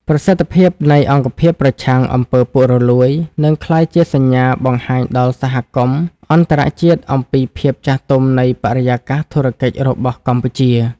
ប្រសិទ្ធភាពនៃអង្គភាពប្រឆាំង អំពើពុករលួយ នឹងក្លាយជាសញ្ញាបង្ហាញដល់សហគមន៍អន្តរជាតិអំពីភាពចាស់ទុំនៃបរិយាកាសធុរកិច្ចរបស់កម្ពុជា។